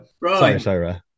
right